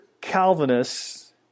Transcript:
Calvinists